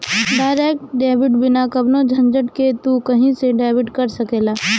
direct debit बिना कवनो झंझट के तू कही से डेबिट कर सकेला